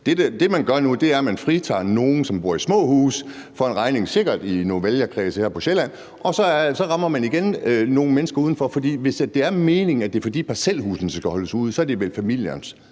Det, man gør nu, er, at man fritager nogle, som bor i små huse, for en regning – sikkert i nogle vælgerkredse her på Sjælland – og så rammer man igen nogle mennesker uden for byerne. Hvis det er meningen, at parcelhusene skal holdes ude, er det vel familiernes